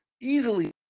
easily